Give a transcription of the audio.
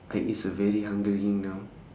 I is a very hungry now